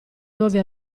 nuovi